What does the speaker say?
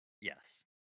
Yes